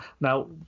Now